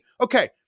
Okay